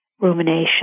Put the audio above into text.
rumination